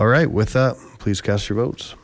all right with that please cast your vote